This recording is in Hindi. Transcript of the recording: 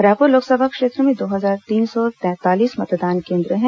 रायपुर लोकसभा क्षेत्र में दो हजार तीन सौ तैंतालीस मतदान केन्द्र हैं